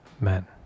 men